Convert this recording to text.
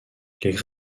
les